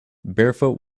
barefoot